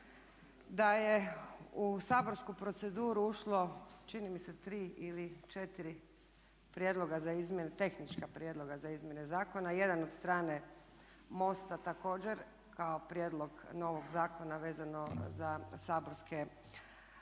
Da je u saborsku proceduru ušlo čini mi se tri ili četiri tehnička prijedloga za izmjene zakona, jedan od strane MOST-a također kao prijedlog novog zakona vezano za saborske plaće.